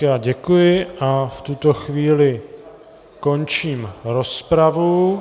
Já děkuji a v tuto chvíli končím rozpravu.